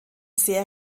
sehr